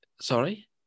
Sorry